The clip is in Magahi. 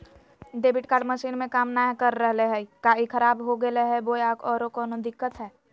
डेबिट कार्ड मसीन में काम नाय कर रहले है, का ई खराब हो गेलै है बोया औरों कोनो दिक्कत है?